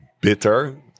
bitter